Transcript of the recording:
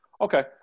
Okay